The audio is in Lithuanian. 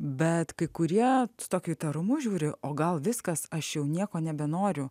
bet kai kurie su tokiu įtarumu žiūri o gal viskas aš jau nieko nebenoriu